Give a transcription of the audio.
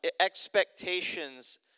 expectations